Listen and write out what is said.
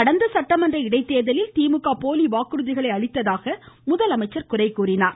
கடந்த சட்டமன்ற இடைத்தேர்தலில் திமுக போலி வாக்குறுதிகளை அளித்ததாக முதலமைச்சர் குறை கூறினார்